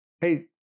hey